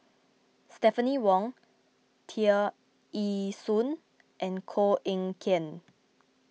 Stephanie Wong Tear Ee Soon and Koh Eng Kian